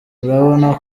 urabona